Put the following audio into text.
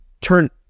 turn